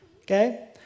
okay